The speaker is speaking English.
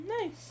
Nice